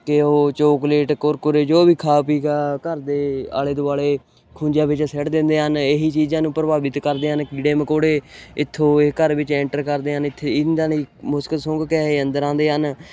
ਕਿ ਉਹ ਚੋਕਲੇਟ ਕੁਰਕੁਰੇ ਜੋ ਵੀ ਖਾ ਪੀ ਕੇ ਘਰ ਦੇ ਆਲੇ ਦੁਆਲੇ ਖੂੰਜਿਆਂ ਵਿੱਚ ਸੁੱਟ ਦਿੰਦੇ ਹਨ ਇਹੀ ਚੀਜ਼ਾਂ ਨੂੰ ਪ੍ਰਭਾਵਿਤ ਕਰਦੇ ਹਨ ਕੀੜੇ ਮਕੌੜੇ ਇੱਥੋਂ ਇਹ ਘਰ ਵਿੱਚ ਐਂਟਰ ਕਰਦੇ ਹਨ ਇੱਥੇ ਇਹਨਾਂ ਨੇ ਮੁਸ਼ਕ ਸੁੰਘ ਕੇ ਇਹ ਅੰਦਰ ਆਉਂਦੇ ਹਨ